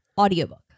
audiobook